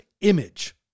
image